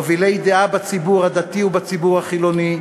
מובילי דעה בציבור הדתי ובציבור החילוני,